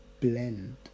blend